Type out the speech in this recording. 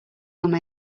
come